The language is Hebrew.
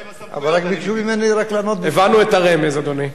הבנו את הרמז, אדוני.